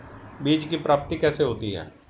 बीज की प्राप्ति कैसे होती है?